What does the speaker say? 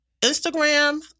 Instagram